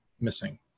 missing